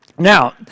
Now